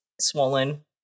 swollen